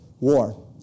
war